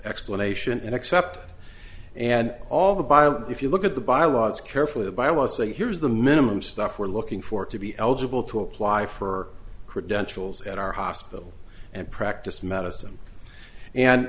explanation and accept and all the bio if you look at the bylaws carefully by i want to say here's the minimum stuff we're looking for to be eligible to apply for credentials at our hospital and practice medicine and